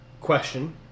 question